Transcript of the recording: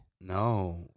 No